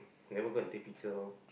never go and take picture loh